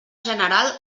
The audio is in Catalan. general